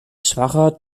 schwacher